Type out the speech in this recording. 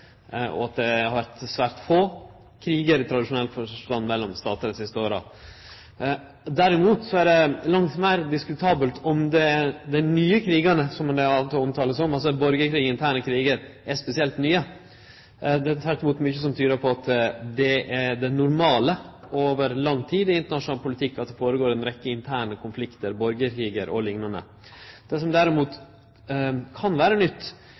i tradisjonell forstand har vore svært få krigar mellom statar dei siste åra. Derimot er det langt meir diskutabelt om dei nye krigane, som dei av og til vert omtala som – altså borgarkrigar, interne krigar – er spesielt nye. Det er tvert imot mykje som tyder på at det er det normale over lang tid i internasjonal politikk at det går føre seg ei rekkje interne konfliktar – borgarkrigar o.l. Det som derimot kan vere nytt,